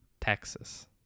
texas